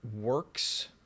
works